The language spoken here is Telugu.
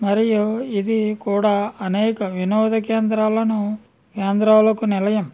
మరియు ఇది కూడా అనేక వినోద కేంద్రాలను కేంద్రాలకు నిలయం